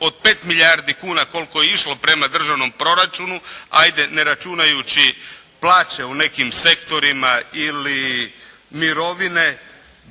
od 5 milijardi kuna koliko je išlo prema državnom proračunu hajde ne računajući plaće u nekim sektorima ili mirovine